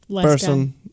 person